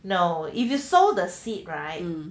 no if you sow the seed right